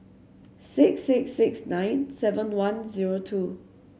six six six nine seven one zero two